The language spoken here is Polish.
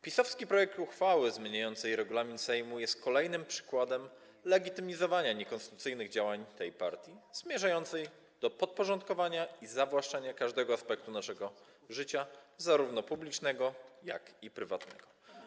PiS-owski projekt uchwały zmieniającej regulamin Sejmu jest kolejnym przykładem legitymizowania niekonstytucyjnych działań tej partii zmierzającej do podporządkowania sobie i zawłaszczenia każdego aspektu naszego życia, zarówno publicznego, jak i prywatnego.